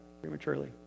prematurely